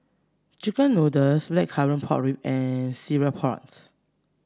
chicken noodles blackcurrant pork rib and Cereal Prawns